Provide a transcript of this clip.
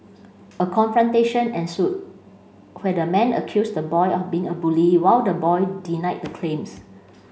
a confrontation ensued where the man accused the boy of being a bully while the boy denied the claims